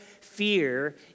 fear